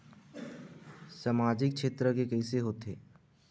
सामजिक क्षेत्र के कइसे होथे?